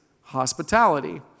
hospitality